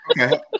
Okay